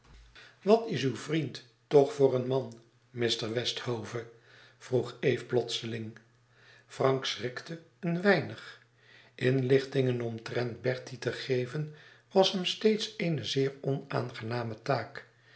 wat is uw vriend toch voor een man mr westhove vroeg eve plotseling frank schrikte een weinig inlichtingen omtrent bertie te geven was hem steeds eene zeer onaangename taak